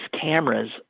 cameras